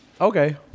Okay